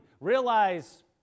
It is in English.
Realize